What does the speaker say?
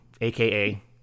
aka